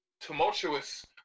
Tumultuous